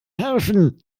helfen